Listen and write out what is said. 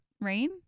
Rain